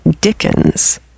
Dickens